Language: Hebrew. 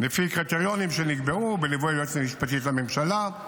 לפי קריטריונים שנקבעו בליווי היועצת המשפטית לממשלה.